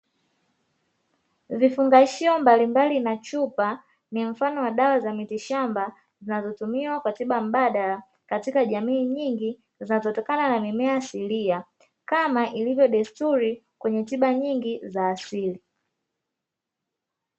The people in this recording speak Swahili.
Vifungashio mbalimbali na chupa ni mfano wa dawa za mitishamba zinazotumiwa kwa tiba mbadala katika jamii nyingi zinazotokana na mimea asilia. Kama ilivyo desturi kwenye tiba nyingi za asili.